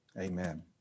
Amen